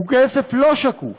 הוא כסף לא שקוף.